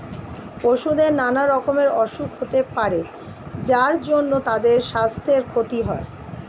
পশুদের নানা রকমের অসুখ হতে পারে যার জন্যে তাদের সাস্থের ক্ষতি হয়